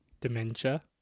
Dementia